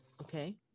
Okay